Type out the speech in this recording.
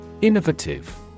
Innovative